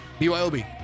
Byob